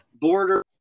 border